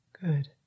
Good